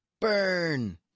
Burn